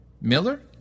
Miller